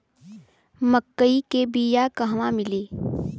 मक्कई के बिया क़हवा मिली?